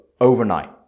overnight